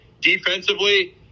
defensively